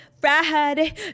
Friday